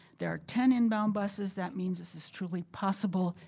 there are ten inbound buses, that means this is truly possible,